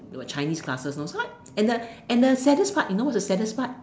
for Chinese classes you know so and the and the saddest part you know what is the saddest part